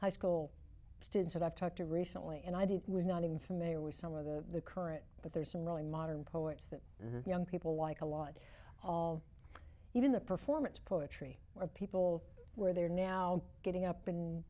high school students that i've talked to recently and i didn't was not even familiar with some of the current but there are some really modern poets that young people like a lot all even the performance poetry or people where they are now getting up and